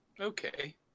Okay